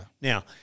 Now